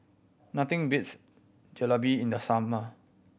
nothing beats Jalebi in the summer